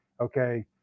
Okay